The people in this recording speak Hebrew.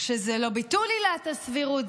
שזה לא ביטול עילת הסבירות,